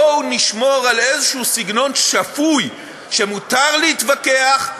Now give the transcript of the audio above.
בואו נשמור על איזשהו סגנון שפוי, שמותר להתווכח,